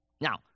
Now